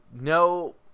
No